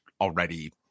already